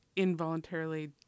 Involuntarily